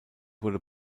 wurde